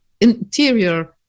interior